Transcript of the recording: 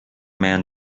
man